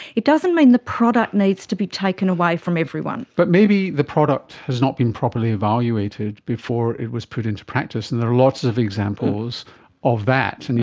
it doesn't mean the product needs to be taken away from everyone. but maybe the product has not been properly evaluated before it was put into practice? and there are lots of examples of that, and